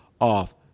off